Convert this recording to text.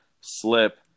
slip